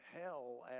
hell